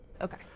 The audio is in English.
Okay